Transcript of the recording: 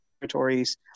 territories